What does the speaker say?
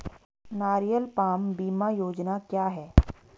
नारियल पाम बीमा योजना क्या है?